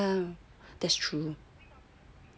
that's true